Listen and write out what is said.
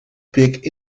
pick